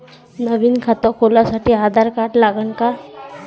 नवीन खात खोलासाठी आधार कार्ड लागन का?